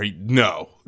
No